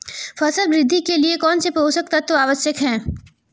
फसल वृद्धि के लिए कौनसे पोषक तत्व आवश्यक हैं?